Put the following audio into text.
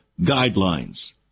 guidelines